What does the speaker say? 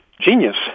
genius